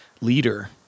leader